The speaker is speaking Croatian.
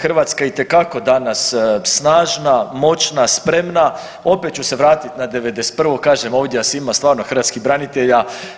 Hrvatska je itekako danas snažna, moćna, spremna, opet ću se vratiti na '91., kažem, ovdje nas ima stvarno, hrvatskih branitelja.